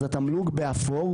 אז התמלוג באפור,